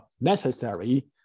necessary